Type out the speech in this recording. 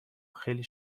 خیلی